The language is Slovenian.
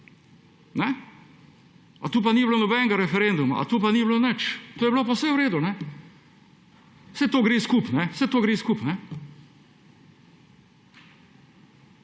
A tukaj pa ni bilo nobenega referenduma, a to pa ni bilo nič, to je bilo pa vse v redu? Saj to gre skupaj,